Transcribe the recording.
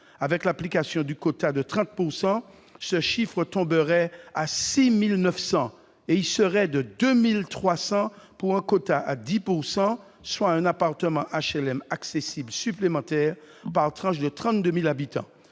avec l'application du quota de 30 %, ce chiffre tomberait à 6 900, et il serait de 2 300 pour un quota de 10 %. Il n'y aurait donc plus qu'un appartement HLM accessible supplémentaire par tranche de 32 000 habitants.